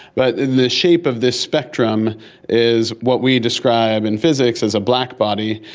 but the shape of the spectrum is what we describe in physics as a black body,